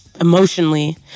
emotionally